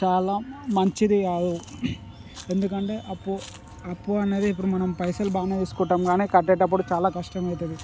చాలా మంచిది కాదు ఎందుకంటే అప్పు అప్పు అనేది ఇప్పుడు మనం పైసలు బాగానే తీసుకుంటాము కానీ కట్టేటప్పుడు చాలా కష్టమవుతుంది